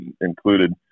included